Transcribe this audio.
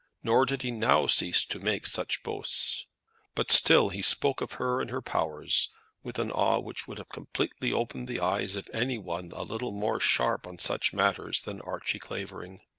nor did he now cease to make such boasts but still he spoke of her and her powers with an awe which would have completely opened the eyes of any one a little more sharp on such matters than archie clavering.